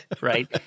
right